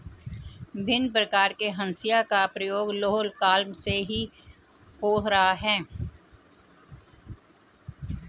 भिन्न प्रकार के हंसिया का प्रयोग लौह काल से ही हो रहा है